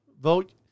Vote